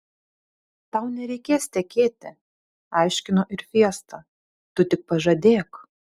tau nereikės tekėti aiškino ir fiesta tu tik pažadėk